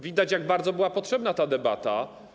Widać, jak bardzo była potrzebna ta debata.